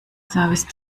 service